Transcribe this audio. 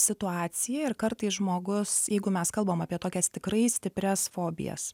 situacija ir kartais žmogus jeigu mes kalbam apie tokias tikrai stiprias fobijas